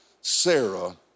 Sarah